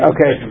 Okay